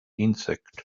insect